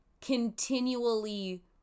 continually